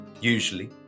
usually